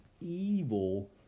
evil